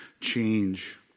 change